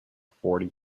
forty